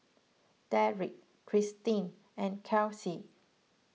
Derik Christine and Kelsie